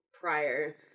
prior